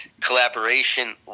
Collaboration